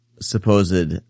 supposed